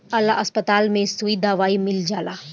ए ला अस्पताल में सुई दवाई मील जाला